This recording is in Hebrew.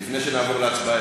לפני שנעבור להצבעה,